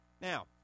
Now